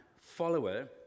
follower